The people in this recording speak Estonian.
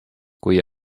kui